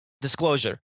Disclosure